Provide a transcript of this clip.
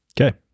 Okay